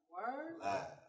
Word